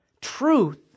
Truth